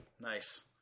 Nice